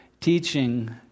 Teaching